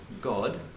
God